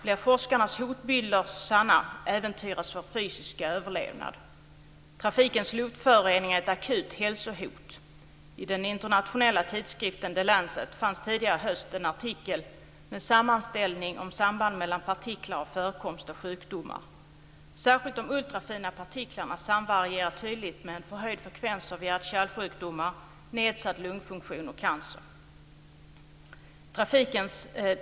Om forskarnas hotbilder blir sanna äventyras vår fysiska överlevnad. Trafikens luftföroreningar är ett akut hälsohot. I den internationella tidskriften The Lancet fanns tidigare i höst en artikel med en sammanställning av sambandet mellan partiklar och förekomst av sjukdomar. Särskilt de ultrafina partiklarna samvarierar tydligt med en förhöjd frekvens av hjärt-kärlsjukdomar, nedsatt lungfunktion och cancer.